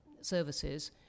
services